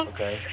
Okay